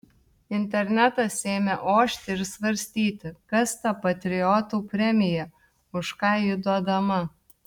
internetas ėmė ošti ir svarstyti kas ta patriotų premija už ką ji duodama